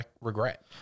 regret